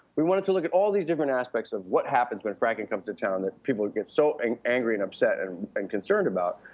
we wanted to look at all these different aspects of what happens when fracking comes to town that people would get so and angry and upset and and concerned about.